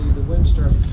wind starts